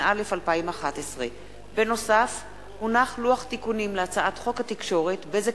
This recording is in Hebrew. התשע"א 2011. לוח תיקונים להצעת חוק התקשורת (בזק